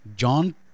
John